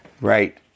Right